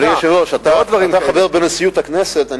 אדוני היושב-ראש, אתה חבר בנשיאות הכנסת.